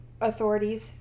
authorities